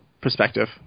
perspective